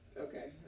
Okay